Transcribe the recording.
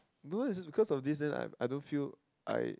no lah is just because of this then I I don't feel I